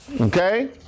Okay